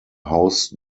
house